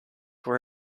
were